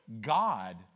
God